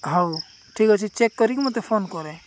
ହଉ ଠିକ୍ ଅଛି ଚେକ୍ କରିକି ମୋତେ ଫୋନ କରେ